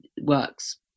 works